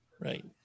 Right